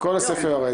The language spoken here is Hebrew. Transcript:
כל הסיפה יורדת.